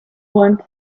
want